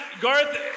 Garth